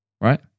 right